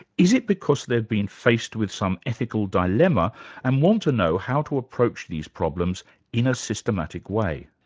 is it because they've been faced with some ethical dilemma and want to know how to approach these problems in a systematic way?